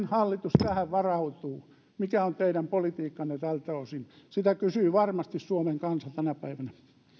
hallitus tähän varautuu ja mikä on teidän politiikkanne tältä osin sitä kysyy varmasti suomen kansa tänä päivänä